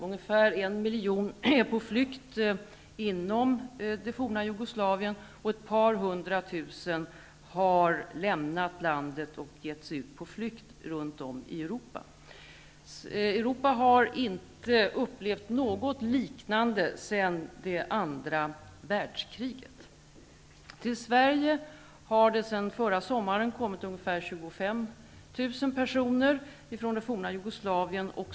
Ungefär en miljon är på flykt inom det forna Jugoslavien, och ett par hundratusen har lämnat landet och gett sig ut på flykt runt om i Europa. Europa har inte upplevt något liknande sedan det andra världskriget. Till Sverige har det sedan förra sommaren kommit ungefär 25 000 personer ifrån det forna Jugoslavien.